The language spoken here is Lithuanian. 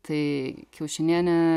tai kiaušinienė